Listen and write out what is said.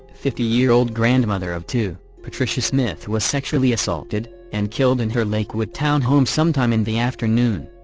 fifty year old grandmother of two, patricia smith was sexually assaulted and killed in her lakewood town home sometime in the afternoon.